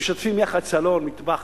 משתפים יחד סלון ומטבח,